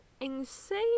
insane